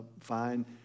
fine